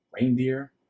Reindeer